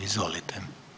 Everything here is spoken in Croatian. Izvolite.